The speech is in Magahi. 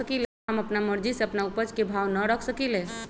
का हम अपना मर्जी से अपना उपज के भाव न रख सकींले?